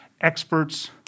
experts